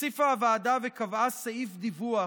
הוסיפה הוועדה וקבעה סעיף דיווח